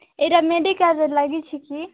ଏଇଟା ମେଡିକାଲ୍ରେ ଲାଗିଛି କି